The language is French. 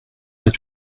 pas